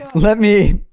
let me